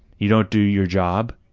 you don't do your job.